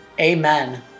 amen